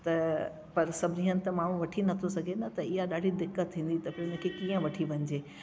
त पर सभिनी हंधि त माण्हू वठी नथो सघे न त इहा ॾाढी दिक़त थींदी त पोइ हुन खे कीअं वठी वञिजे